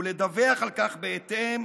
ולדווח על כך בהתאם,